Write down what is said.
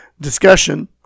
discussion